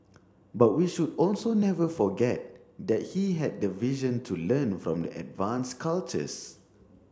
but we should also never forget that he had the vision to learn from the advance cultures